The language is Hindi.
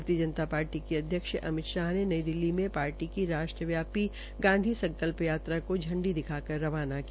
भारतीय जनता शार्टी अध्यक्ष अमित शाह ने नई दिल्ली में शार्टी की राष्ट्र व्यापी गांधी संकल्प यात्रा को झंडी दिखाकर रवाना किया